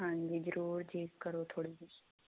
ਹਾਂਜੀ ਜਰੂਰ ਜੀ ਕਰੋ ਥੋੜੀ ਜੀ